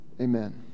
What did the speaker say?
Amen